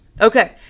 Okay